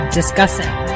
discussing